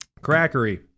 Crackery